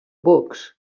books